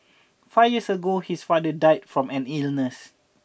five years ago his father died from an illness